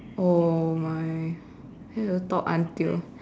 oh my then have to talk until